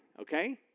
okay